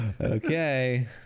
Okay